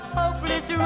hopeless